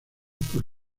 por